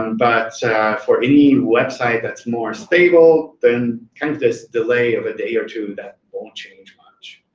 um but for any website that's more stable than kind of this delay of a day or two, that won't change much.